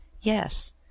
Yes